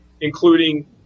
including